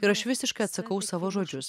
ir aš visiškai atsakau savo žodžius